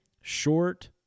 short